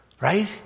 right